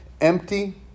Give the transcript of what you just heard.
empty